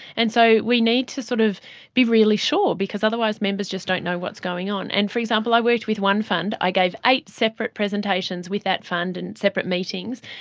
and so we need to sort of be really sure because otherwise members just don't know what's going on. and for example, i worked with one fund, i gave eight separate presentations with that fund in separate meetings,